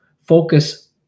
focus